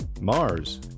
Mars